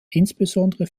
insbesondere